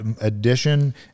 addition